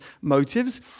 motives